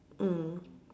mm